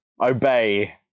Obey